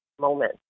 moment